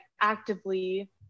actively